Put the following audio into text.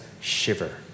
shiver